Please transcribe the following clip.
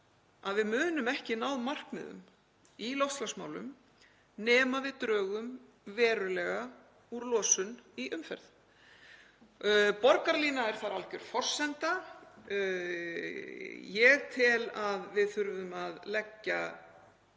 að við munum ekki ná markmiðum í loftslagsmálum nema við drögum verulega úr losun í umferð. Borgarlína er þar alger forsenda. Ég tel að við þurfum að leggja